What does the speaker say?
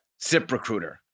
ZipRecruiter